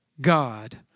God